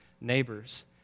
neighbors